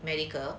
medical